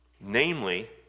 Namely